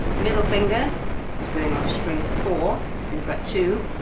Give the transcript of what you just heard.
middle finger is going on string four in fret two,